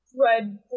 red